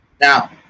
Now